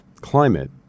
Climate